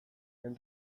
den